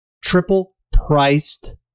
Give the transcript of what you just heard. triple-priced